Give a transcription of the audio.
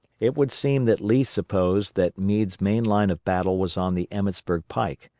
it would seem that lee supposed that meade's main line of battle was on the emmetsburg pike,